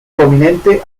prominente